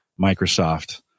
Microsoft